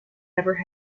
never